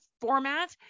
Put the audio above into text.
format